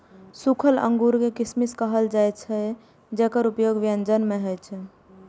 सूखल अंगूर कें किशमिश कहल जाइ छै, जेकर उपयोग व्यंजन मे होइ छै